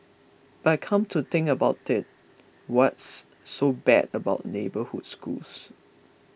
but come to think about it what's so bad about neighbourhood schools